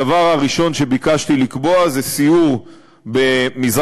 הדבר הראשון שביקשתי לקבוע הוא סיור במזרח-ירושלים,